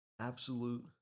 Absolute